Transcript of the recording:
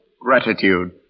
gratitude